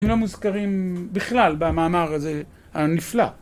לא מוזכרים בכלל במאמר הזה, הנפלא.